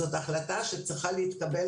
זאת החלטה שצריכה להתקבל,